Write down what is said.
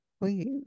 please